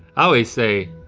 always say,